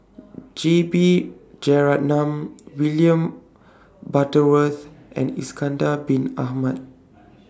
J B Jeyaretnam William Butterworth and Bin Ahmad